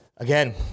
Again